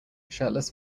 shirtless